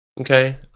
Okay